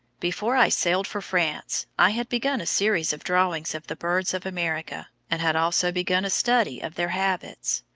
before i sailed for france, i had begun a series of drawings of the birds of america, and had also begun a study of their habits.